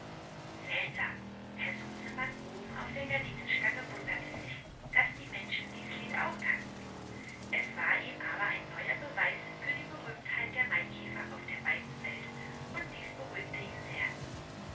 seltsam herr sumsemann oben auf der gardinenstange wunderte sich daß die menschen dies lied auch kannten es war ihm aber ein neuer beweis für die berühmtheit der maikäfer auf der weiten welt und dies beruhigte ihn sehr